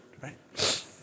right